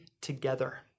together